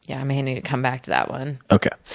yeah may need to come back to that one. okay,